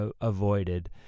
avoided